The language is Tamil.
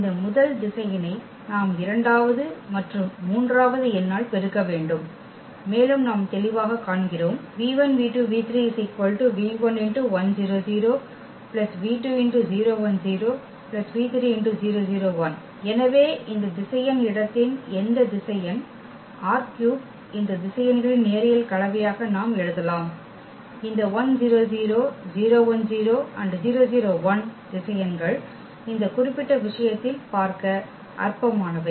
இந்த முதல் திசையனை நாம் இரண்டாவது மற்றும் மூன்றாவது எண்ணால் பெருக்க வேண்டும் மேலும் நாம் தெளிவாகக் காண்கிறோம் எனவே இந்த திசையன் இடத்தின் எந்த திசையன் ℝ3 இந்த திசையன்களின் நேரியல் கலவையாக நாம் எழுதலாம் இந்த திசையன்கள் இந்த குறிப்பிட்ட விஷயத்தில் பார்க்க அற்பமானவை